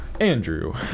Andrew